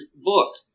book